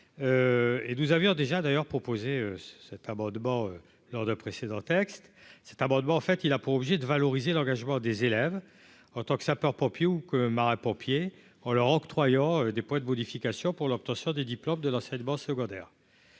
nous avions déjà d'ailleurs proposé cet amendement lors de précédents textes cet amendement fait il a pas obligé de valoriser l'engagement des élèves en tant que sapeur-pompier ou que marins-pompiers en leur octroyant des points de modifications pour l'obtention des diplômes de l'enseignement secondaire,